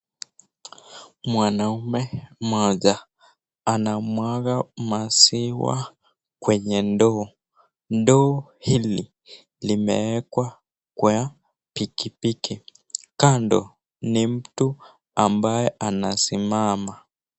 Mwanume mmoja anamwaga maziwa kwenye ndoo, ndoo hili limewekwa kwa pikipiki, kando ni mtu ambaye anasimama.